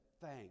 thank